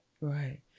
right